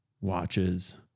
watches